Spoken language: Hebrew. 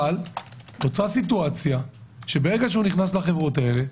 אבל נוצרה סיטואציה שברגע שהוא נכנס לחברות האלה,